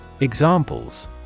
Examples